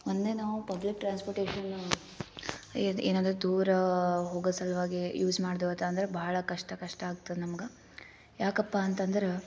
ಮೊನ್ನೆ ನಾವು public transportation ಏನಾದ್ರು ದೂರಾ ಹೋಗೊ ಸಲುವಾಗಿ ಯೂಸ್ ಮಾಡ್ದೆವು ಅದು ಅಂದ್ರು ಭಾಳ ಕಷ್ಟ ಕಷ್ಟ ಆಗ್ತದೆ ನಮ್ಗೆ ಯಾಕಪ್ಪ ಅಂತಂದ್ರೆ